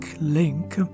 link